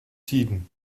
tiden